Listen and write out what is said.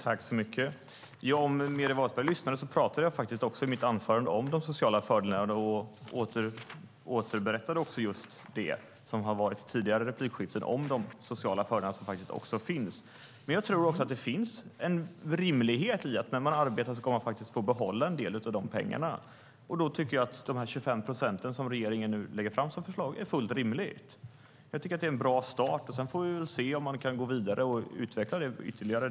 Herr talman! Om Meeri Wasberg lyssnade hörde hon att jag talade också om de sociala fördelarna. Jag återberättade det som har varit i tidigare replikskiften om de sociala fördelar som faktiskt finns. Jag tror dock att det finns en rimlighet i att man när man arbetar ska få behålla en del av dessa pengar. Då tycker jag att de 25 procent regeringen nu lägger fram som förslag är fullt rimligt. Jag tycker att det är en bra start, och sedan får vi väl se om man kan gå vidare och utveckla det ytterligare.